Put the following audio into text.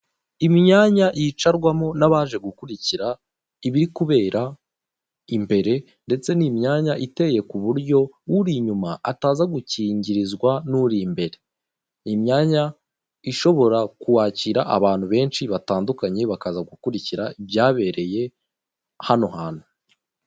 Imyanya yicarwamo n'abaje gukurikira ibiri kubera imbere ndetse n'imyanya iteye ku buryo uri inyuma ataza gukingirizwa n'uri imbere, ni imyanya ishobora kwakira abantu benshi batandukanye bakaza gukurikira ibyabereye hano hantu.